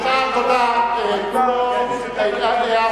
אבל אין אחידות אפילו בשביעייה.